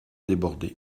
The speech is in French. déborder